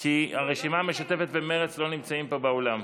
כי הרשימה המשותפת ומרצ לא נמצאים פה באולם.